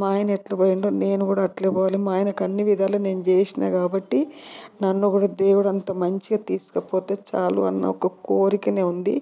మా ఆయన ఎట్లా పోయిండో నేను కూడా అట్లే పోవాలి మా ఆయనకు అన్ని విధాలు నేను చేసిన కాబట్టి నన్ను కూడా దేవుడు అంత మంచిగా తీసుకపోతే చాలు అన్న ఒక్క కోరికనే ఉంది